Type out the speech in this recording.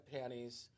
panties